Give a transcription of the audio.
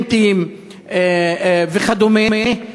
סטודנטים וכדומה.